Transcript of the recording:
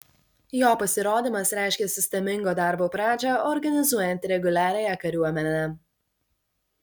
jo pasirodymas reiškė sistemingo darbo pradžią organizuojant reguliariąją kariuomenę